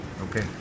okay